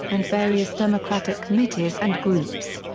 and various democratic committees and groups.